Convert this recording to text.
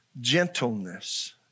gentleness